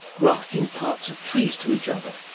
grafting parts of trees to each other,